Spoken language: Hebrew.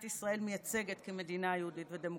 ישראל מייצגת כמדינה יהודית ודמוקרטית.